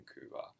Vancouver